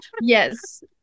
yes